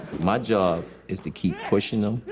my job is to keep pushing him,